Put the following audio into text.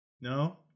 no